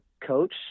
coach